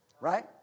Right